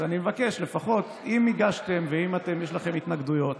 אני מבקש, אם הגשתם, ואם יש לכם התנגדויות,